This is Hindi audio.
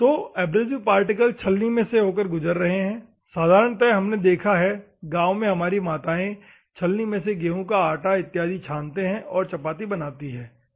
तो एब्रेसिव पार्टिकल्स छलनी में से होकर गुजर रहे हैं साधारणत हमने देखा है गांव में हमारी माताएं छलनी में से गेहूं का आटा इत्यादि छानती है और चपाती बनाती है ठीक है